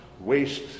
waste